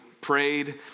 prayed